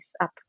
up